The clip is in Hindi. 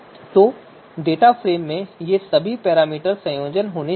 तो डेटा फ्रेम में ये सभी पैरामीटर संयोजन होने चाहिए